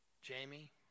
Jamie